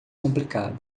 complicada